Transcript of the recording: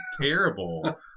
terrible